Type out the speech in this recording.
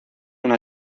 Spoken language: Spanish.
una